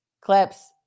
clips